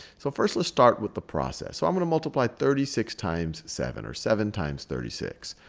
so first let's start with the process. so i'm going to multiply thirty six times seven or seven times thirty six.